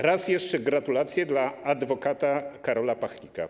Raz jeszcze gratulacje dla adwokata Karola Pachnika.